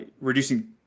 reducing